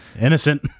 Innocent